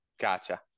Gotcha